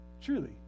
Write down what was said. Truly